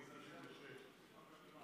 מ-1996,